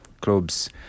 clubs